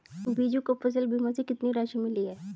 बीजू को फसल बीमा से कितनी राशि मिली है?